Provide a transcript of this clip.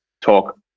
talk